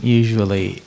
usually